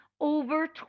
over